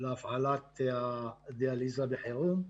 להפעלת הדיאליזה בחירום.